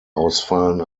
ausfallen